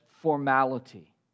formality